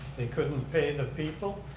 they couldn't pay the people,